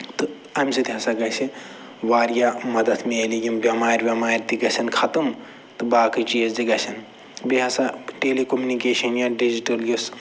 تہٕ اَمہِ سۭتۍ ہسا گژھِ واریاہ مدد مِلہِ یِم بٮ۪مارِ وٮ۪مارِ تہِ گژھَن ختم تہٕ باقٕے چیٖز تہِ گژھن بیٚیہِ ہسا ٹیٚلی کُمنِکیشَن یا ڈِجٹَل یُس